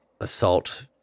assault